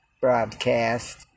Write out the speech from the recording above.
broadcast